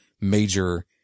major